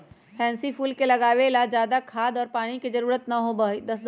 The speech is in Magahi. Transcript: पैन्सी फूल के उगावे ला ज्यादा खाद और पानी के जरूरत ना होबा हई